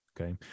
Okay